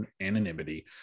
anonymity